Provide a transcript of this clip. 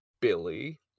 Billy